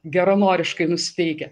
geranoriškai nusiteikę